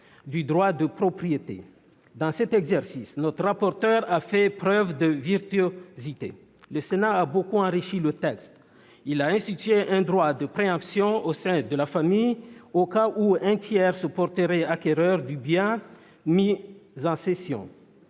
du droit de propriété. Dans cet exercice, notre rapporteur a fait preuve de virtuosité. Le Sénat a beaucoup enrichi cette proposition de loi : il a institué un droit de préemption au sein de la famille au cas où un tiers se porterait acquéreur du bien mis en cession